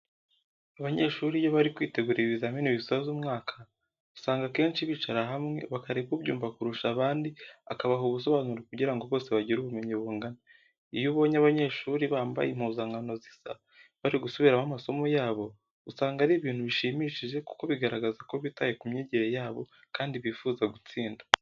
Abanyeshuri iyo bari kwitegura ibizamini bisoza umwaka, usanga akenshi bicara hamwe bakareba ubyumva kurusha abandi akabaha ubusobanuro kugira ngo bose bagire ubumenyi bungana. Iyo ubonye abanyeshuri bambaye impuzankano zisa, bari gusubiramo amasomo yabo, usanga ari ibintu bishimishije kuko bigaragaza ko bitaye ku myigire yabo kandi bifuza gutsinda.